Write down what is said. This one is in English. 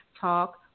Talk